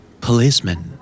Policeman